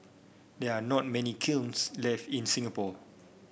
there are not many kilns left in Singapore